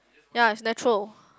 ya it's natural